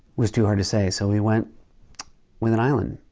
was too hard to say, so we went with an island.